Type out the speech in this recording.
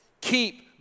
Keep